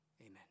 Amen